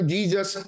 Jesus